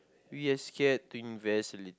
we are scared to invest li~